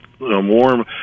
warm